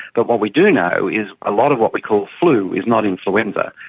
but what we do know is a lot of what we call flu is not influenza.